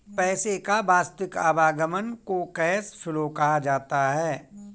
पैसे का वास्तविक आवागमन को कैश फ्लो कहा जाता है